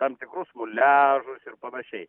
tam tikrus muliažus ir panašiai